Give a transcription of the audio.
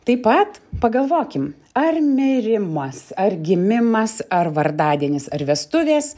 taip pat pagalvokim ar mirimas ar gimimas ar vardadienis ar vestuvės